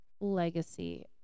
legacy